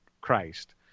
Christ